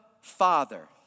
Father